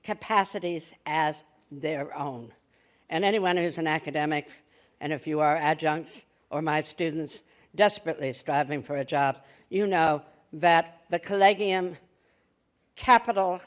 capacities as their own and anyone who's an academic and if you are adjuncts or my students desperately striving for a job you know that the c